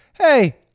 Hey